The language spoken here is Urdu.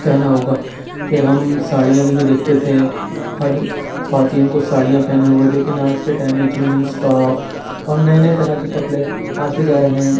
کہنا ہوگا کہ ہم ساڑیوں میں دیکھتے تھے ہر خواتین کو ساڑیاں پہنے ہوئے لیکن آج کے ٹائم میں جینس ٹاپ اور نئے نئے طرح کے کپڑے آتے جا رہے ہیں